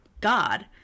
God